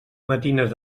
matines